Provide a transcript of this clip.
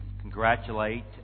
congratulate